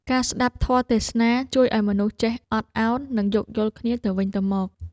ការស្តាប់ធម៌ទេសនា ជួយឱ្យមនុស្សចេះអត់ឱន និងយោគយល់គ្នាទៅវិញទៅមក។